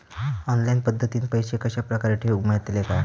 Online पद्धतीन पैसे कश्या प्रकारे ठेऊक मेळतले काय?